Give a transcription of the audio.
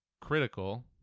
critical